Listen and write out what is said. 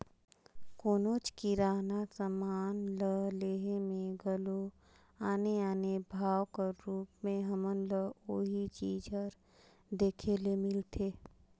कोनोच किराना समान ल लेहे में घलो आने आने भाव कर रूप में हमन ल ओही चीज हर देखे ले मिलथे